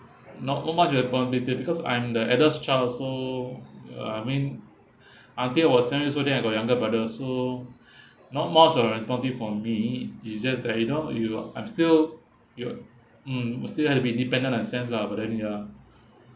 not not much that have gone with it because I'm the eldest child also uh I mean I think I was since young also then I got younger brother so not much of a responsibility for me it's just that you know you are I'm still ya mm I'm still have to be independent in a sense lah but then ya